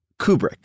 Kubrick